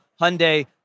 Hyundai